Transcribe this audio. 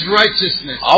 righteousness